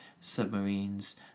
submarines